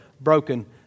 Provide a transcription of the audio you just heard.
broken